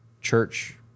church